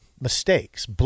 mistakes